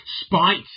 Spite